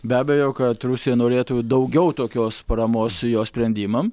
be abejo kad rusija norėtų daugiau tokios paramos jos sprendimam